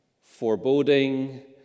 foreboding